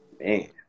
Man